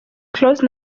close